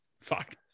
Fuck